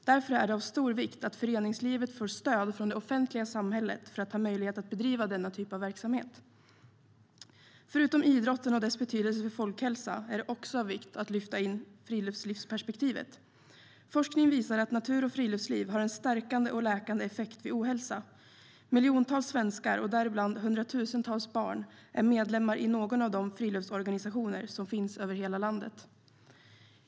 Därför är det av stor vikt att föreningslivet får stöd från det offentliga samhället för att ha möjlighet att bedriva denna typ av verksamhet. Förutom idrotten och dess betydelse för folkhälsan är det också av vikt att lyfta in friluftslivsperspektivet. Forskning visar att natur och friluftsliv har en stärkande och läkande effekt vid ohälsa. Miljontals svenskar, däribland hundratusentals barn, är medlemmar i någon av de friluftsorganisationer som finns över hela landet.